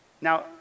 Now